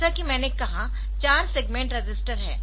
जैसा कि मैंने कहा चार सेगमेंट रजिस्टर है